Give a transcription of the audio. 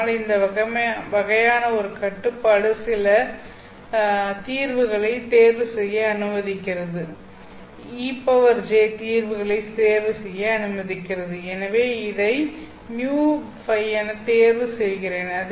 இதனால் இந்த வகையான ஒரு கட்டுப்பாடு சில ej தீர்வுகளைத் தேர்வுசெய்ய அனுமதிக்கிறது எனவே இதை μφ என தேர்வு செய்கிறேன்